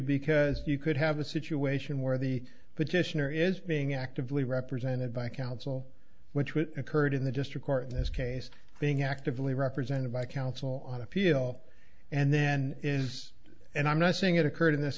because you could have a situation where the petitioner is being actively represented by counsel which would occurred in the district court in this case being actively represented by counsel on appeal and then is and i'm not saying it occurred in this